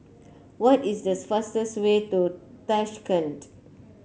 what is the fastest way to Tashkent